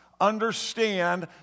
understand